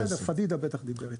יהיה בסדר, פדידה בטח דיבר איתך.